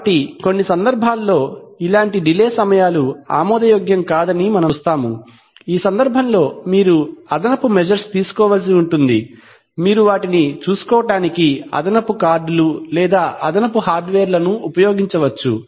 కాబట్టి కొన్ని సందర్భాల్లో ఇలాంటి డిలే సమయాలు ఆమోదయోగ్యం కాదని మనము చూస్తాము ఈ సందర్భంలో మీరు అదనపు మెజర్స్ తీసుకోవలసి ఉంటుంది మీరు వాటిని చూసుకోవటానికి అదనపు కార్డులు లేదా అదనపు హార్డ్వేర్ లను ఉంచవచ్చు